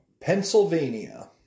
Pennsylvania